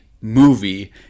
movie